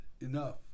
enough